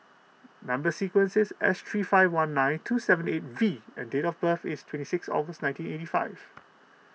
Number Sequence is S three five one nine two seven eight V and date of birth is twenty six August nineteen eighty five